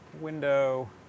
window